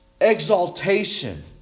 exaltation